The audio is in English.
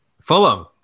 Fulham